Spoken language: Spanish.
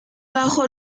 bajo